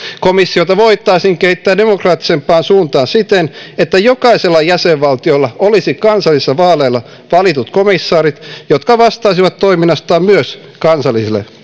komissiota voitaisiin kehittää demokraattisempaan suuntaan siten että jokaisella jäsenvaltiolla olisi kansallisilla vaaleilla valitut komissaarit jotka vastaisivat toiminnastaan myös kansallisille